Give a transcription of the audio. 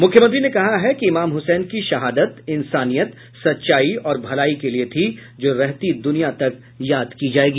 मुख्यमंत्री ने कहा है कि इमाम हुसैन की शहादत इंसानियत सच्चाई और भलाई के लिये थी जो रहती दुनिया तक याद की जायेगी